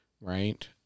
right